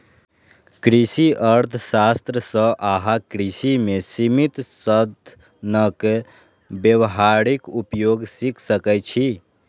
कृषि अर्थशास्त्र सं अहां कृषि मे सीमित साधनक व्यावहारिक उपयोग सीख सकै छी